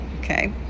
okay